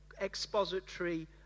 expository